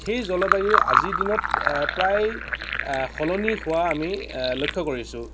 সেই জলবায়ু আজিৰ দিনত প্ৰায় সলনি হোৱা আমি লক্ষ্য কৰিছোঁ